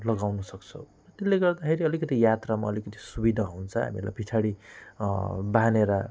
लगाउनुसक्छौँ त्यसले गर्दाखेरि अलिकति यात्रामा अलिकति सुविधा हुन्छ हामीलाई पछाडि बाँधेर